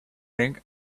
drink